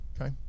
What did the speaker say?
Okay